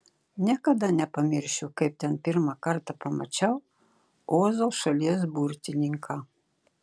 niekada nepamiršiu kaip ten pirmą kartą pamačiau ozo šalies burtininką